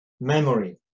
memory